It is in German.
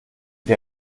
der